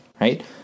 right